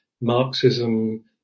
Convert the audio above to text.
Marxism